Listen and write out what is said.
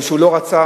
ושהוא לא רצה,